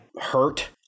hurt